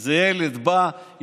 איזה ילד בא,